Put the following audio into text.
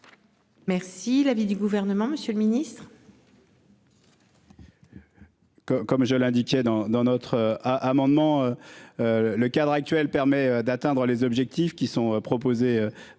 Merci l'avis du gouvernement, monsieur le ministre. Comme je l'indiquais dans dans notre amendement. Le cadre actuel permet d'atteindre les objectifs qui sont proposés dans ces